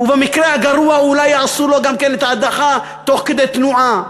ובמקרה הגרוע אולי יעשו לו גם כן את ההדחה תוך כדי תנועה.